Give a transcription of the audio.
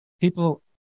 People